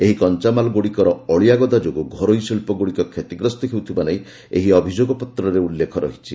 ଏହି କଞ୍ଚାମାଲଗ୍ରଡ଼ିକର ଅଳିଆଗଦା ଯୋଗୁଁ ଘରୋଇ ଶିଳ୍ପଗୁଡ଼ିକ କ୍ଷତିଗ୍ରସ୍ତ ହେଉଥିବା ନେଇ ଏହି ଅଭିଯୋଗପତ୍ରରେ ଉଲ୍ଲ୍ରେଖ ରହିଛି